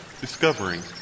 discovering